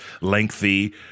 lengthy